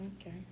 Okay